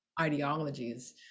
ideologies